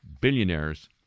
billionaires